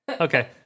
Okay